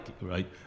Right